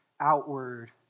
outward